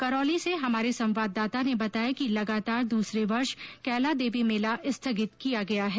करौली से हमारे संवाददाता ने बताया कि लगातार दूसरे वर्ष कैलादेवी मेला स्थगित किया गया है